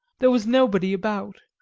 there was nobody about,